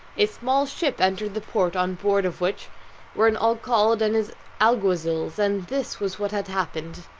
a small ship entered the port on board of which were an alcalde and his alguazils, and this was what had happened.